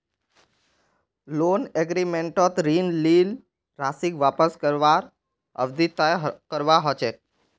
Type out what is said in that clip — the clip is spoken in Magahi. लोन एग्रीमेंटत ऋण लील राशीक वापस करवार अवधि तय करवा ह छेक